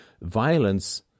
Violence